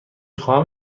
خواهم